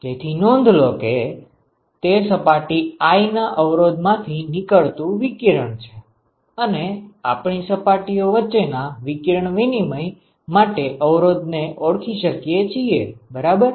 તેથી નોંધ લો કે તે સપાટી i ના અવરોધ માંથી નીકળતું વિકિરણ છે અને આપણે સપાટીઓ વચ્ચેના વિકિરણ વિનિમય માટે અવરોધ ને ઓળખી શકીએ છીએ બરાબર